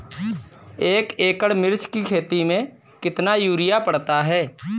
एक एकड़ मिर्च की खेती में कितना यूरिया पड़ता है?